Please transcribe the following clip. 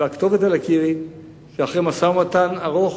והכתובת על הקיר היא שאחרי משא-ומתן ארוך